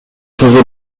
кызы